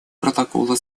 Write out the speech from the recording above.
протокола